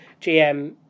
GM